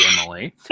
Emily